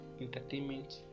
entertainment